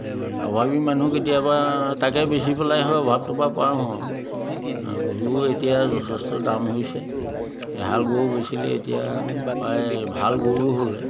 ও অভাৱী মানুহ কেতিয়াবা তাকে বেচি পেলাই সেই অভাৱটোৰ পৰা পাৰ হওঁ আৰু গৰুৰ এতিয়া যথেষ্ট দাম হৈছে এহাল গৰু বেচিলে এতিয়া প্ৰায় ভাল গৰু হ'লে